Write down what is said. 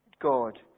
God